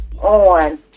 on